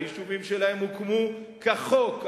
והיישובים שלהם הוקמו כחוק,